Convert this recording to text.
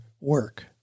work